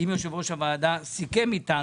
יושב ראש הוועדה סיכם איתנו.